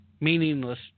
meaningless